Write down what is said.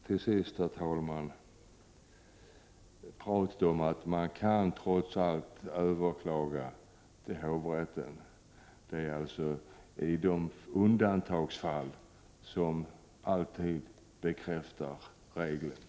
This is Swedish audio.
Till sist, herr talman, säger Wernersson att man alltid kan överklaga till hovrätten, men det är de undantagsfall som alltid bekräftar regeln.